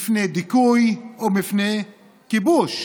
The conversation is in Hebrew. מפני דיכוי, או מפני כיבוש.